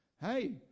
hey